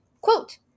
quote